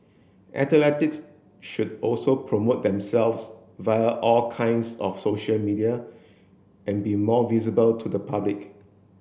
should also promote themselves via all kinds of social media and be more visible to the public